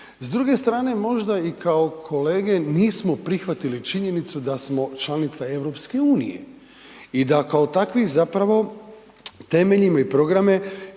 S druge strane možda i kao kolege nismo prihvatili činjenicu da smo članica Europske unije, i da kao takvi zapravo temeljimo i programe